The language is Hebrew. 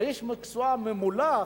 הוא איש מקצוע ממולח.